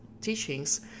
teachings